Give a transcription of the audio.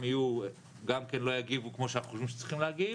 גם כן לא יגיבו כמו שאנחנו חושבים שצריכים להגיב,